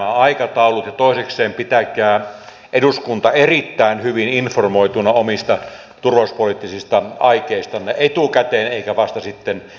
ja toisekseen pitäkää eduskunta erittäin hyvin informoituna omista turvallisuuspoliittisista aikeistanne etukäteen eikä vasta sitten jälkikäteen